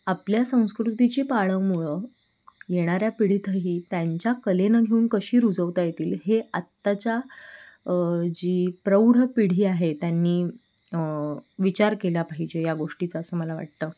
आपल्या संस्कृतीची पाळंमुळं येणाऱ्या पिढीतही त्यांच्या कलेनं घेऊन कशी रुजवता येतील हे आत्ताच्या जी प्रौढ पिढी आहे त्यांनी विचार केला पाहिजे या गोष्टीचा असं मला वाटतं